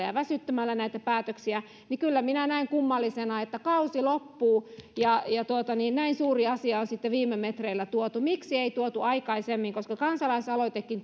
ja väsyttämällä niin kyllä minä näen kummallisena että kausi loppuu ja ja näin suuri asia on sitten viime metreillä tuotu miksi ei tuotu aikaisemmin kansalaisaloitekin